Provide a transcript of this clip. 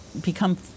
become